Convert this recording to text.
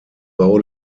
bau